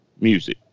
music